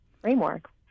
framework